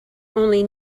only